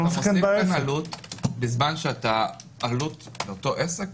אתה מוסיף עלות לאותו עסק,